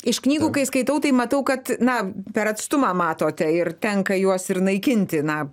iš knygų kai skaitau tai matau kad na per atstumą matote ir tenka juos ir naikinti na